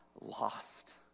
lost